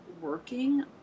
working